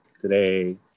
today